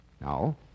Now